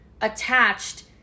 attached